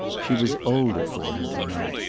she was older for him to-night,